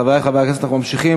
חברי חברי הכנסת, אנחנו ממשיכים